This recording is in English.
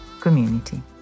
community